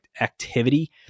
activity